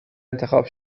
انتخاب